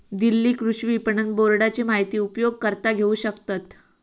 दिल्ली कृषि विपणन बोर्डाची माहिती उपयोगकर्ता घेऊ शकतत